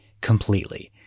completely